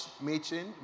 meeting